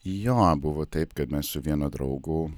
jo buvo taip kad mes su vienu draugu